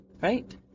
Right